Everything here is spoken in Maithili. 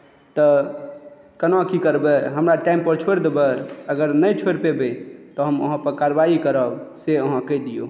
तऽ केना की करबै हमरा टाइम पर छोड़ि देबै अगर नहि छोड़ि पेबै तऽ हम अहाँ पर करवाइ करब से अहाँ कहि दिऔ